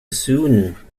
soon